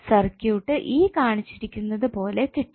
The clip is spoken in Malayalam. സർക്യൂട്ട് ഈ കാണിച്ചിരിക്കുന്നതുപോലെ കിട്ടും